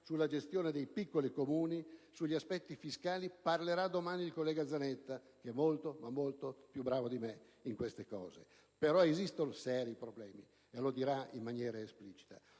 sulla gestione dei piccoli Comuni, sugli aspetti fiscali, parlerà domani il collega Zanetta, che è molto, molto più bravo di me in queste cose, però esistono seri problemi e lo dirà in maniera esplicita.